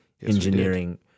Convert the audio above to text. engineering